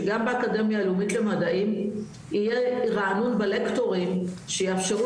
שגם באקדמיה הלאומית למדעים יהיה ריענון בלקטורים שיאפשרו